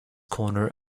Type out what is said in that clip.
corner